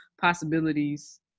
possibilities